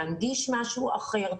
להנגיש משהו אחר,